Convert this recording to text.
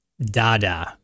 Dada